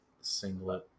Singlet